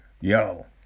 yo